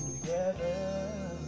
together